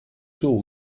suo